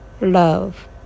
love